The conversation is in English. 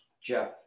Jeff